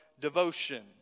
devotion